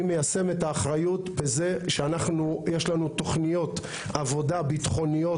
אני מיישם את האחריות בזה שיש לנו תוכניות עבודה ביטחוניות